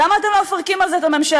למה אתם לא מפרקים על זה את הממשלה,